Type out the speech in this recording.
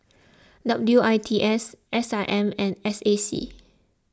W I T S S I M and S A C